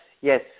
yes